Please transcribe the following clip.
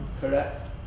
Correct